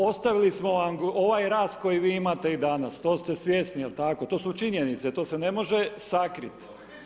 Ostavili smo vam ovaj rast koji vi imate i danas, to ste svjesni, jel tako, to su činjenice, to se ne može sakriti.